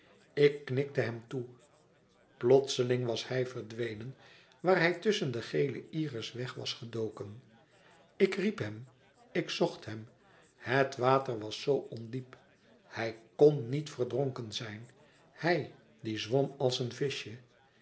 ik knikte hem toe plotseling was hij verdwenen waar hij tusschen de gele iris weg was gedoken ik riep hem ik zocht hem het water was zoo ondiep hij kn niet verdronken zijn hij die zwom als een vischje